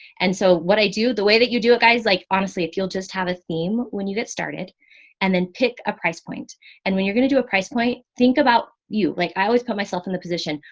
and so what i do the way that you do at guys, like, honestly, if you'll just have a theme when you get started and then pick a price point and when you're going to do a price point, think about you. like, i always put myself in the position,